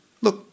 look